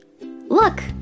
Look